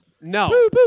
No